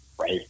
Right